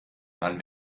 man